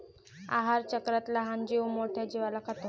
आहारचक्रात लहान जीव मोठ्या जीवाला खातो